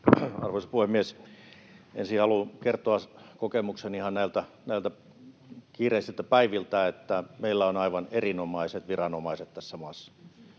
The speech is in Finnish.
Arvoisa puhemies! Ensin haluan kertoa kokemukseni ihan näiltä kiireisiltä päiviltä, että meillä on aivan erinomaiset viranomaiset tässä maassa.